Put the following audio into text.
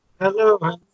hello